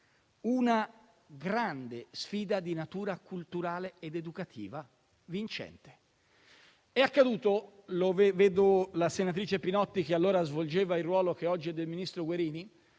una grande sfida di natura culturale ed educativa vincente. È accaduta - vedo la senatrice Pinotti, che allora svolgeva il ruolo che oggi è del ministro Guerini